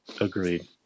agreed